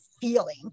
feeling